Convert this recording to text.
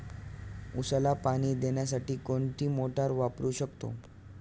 उसाला पाणी देण्यासाठी कोणती मोटार वापरू शकतो?